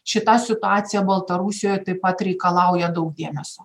šita situacija baltarusijoj taip pat reikalauja daug dėmesio